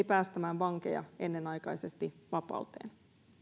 päästämään vankeja ennenaikaisesti vapauteen